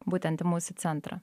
būtent į mūsų centrą